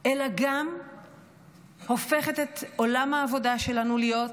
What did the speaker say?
אלא גם הופכת את עולם העבודה שלנו להיות